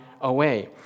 away